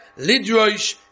Lidroish